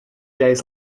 days